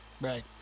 Right